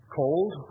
cold